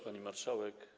Pani Marszałek!